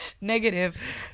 Negative